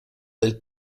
del